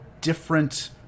different